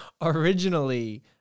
originally